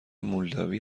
مولداوی